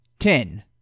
Ten